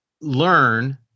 learn